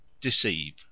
Deceive